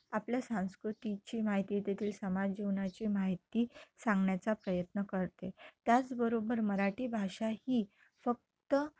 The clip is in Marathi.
आपल्या संस्कृतीची माहिती देतील समाज जीवनाची माहिती सांगण्याचा प्रयत्न करते त्याचबरोबर मराठी भाषा ही फक्त